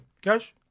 Cash